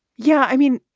yeah. i mean,